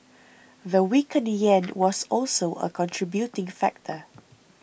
the weakened yen was also a contributing factor